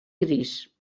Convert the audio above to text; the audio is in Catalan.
gris